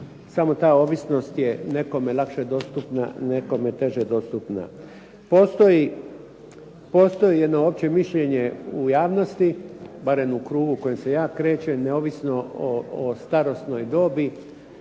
Samo ta ovisnost je nekome lakše dostupna, nekome teže dostupna. Postoji jedno opće mišljenje javnosti, barem u krugu u kojem se ja krećem neovisno o starosnoj dobi,